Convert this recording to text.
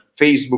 Facebook